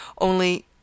Only—